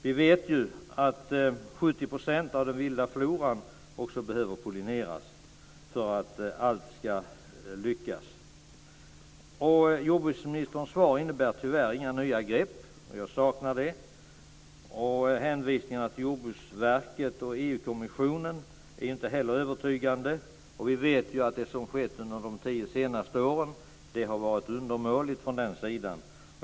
Vi vet ju att 70 % av den vilda floran också behöver pollineras för att allt ska lyckas. Jordbruksministerns svar innebär tyvärr inga nya grepp, och jag saknar det. Hänvisningarna till Jordbruksverket och EU-kommissionen är inte heller övertygande. Vi vet ju att det som skett under de tio senaste åren från den sidan har varit undermåligt.